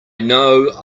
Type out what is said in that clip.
know